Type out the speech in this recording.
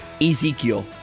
Ezekiel